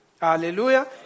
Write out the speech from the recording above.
Hallelujah